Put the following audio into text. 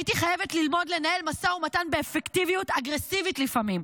הייתי חייבת ללמוד לנהל משא ומתן באפקטיביות אגרסיבית לפעמים,